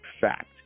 fact